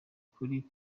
kuri